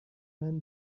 man